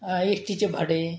S टीचे भाडे